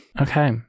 Okay